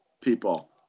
people